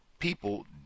People